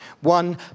One